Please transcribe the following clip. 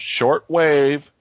shortwave